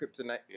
kryptonite